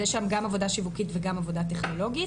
אז יש שם גם עבודה שיווקית וגם עבודה טכנולוגית.